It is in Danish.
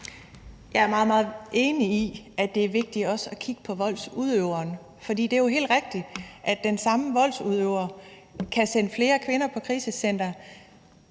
Jeg er meget enig i, at det er vigtigt også at kigge på voldsudøveren. For det er jo helt rigtigt, at den samme voldsudøver kan sende flere kvinder på krisecenter.